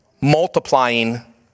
multiplying